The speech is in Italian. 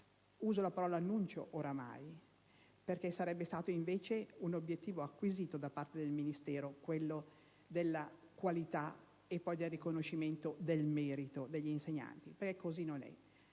uso la parola annunci, oramai, perché sarebbe stato invece un obiettivo acquisito da parte del Ministero quello della qualità e poi del riconoscimento del merito degli insegnanti, ma così non è.